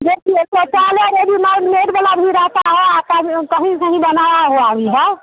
शौचालय readymade made वाला भी रहता है कहीं कहीं बनाया हुआ भी है